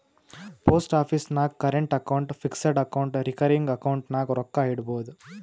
post office ನಾಗ್ current account, fixed account, recurring account ನಾಗ್ ರೊಕ್ಕಾ ಇಡ್ಬೋದ್